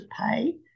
pay